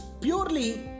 purely